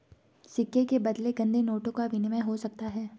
सिक्के के बदले गंदे नोटों का विनिमय हो सकता है